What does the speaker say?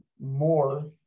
more